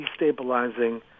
destabilizing